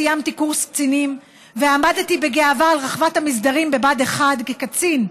סיימתי קורס קצינים ועמדתי בגאווה על רחבת המסדרים בבה"ד 1 כקצין,